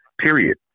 period